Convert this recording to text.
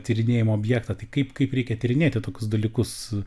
tyrinėjimo objektą tai kaip kaip reikia tyrinėti tokius dalykus